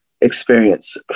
experience